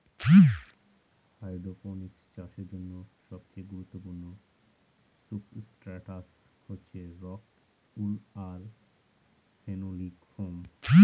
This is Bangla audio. হাইড্রপনিক্স চাষের জন্য সবচেয়ে গুরুত্বপূর্ণ সুবস্ট্রাটাস হচ্ছে রক উল আর ফেনোলিক ফোম